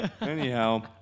Anyhow